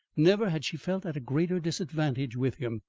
never had she felt at a greater disadvantage with him.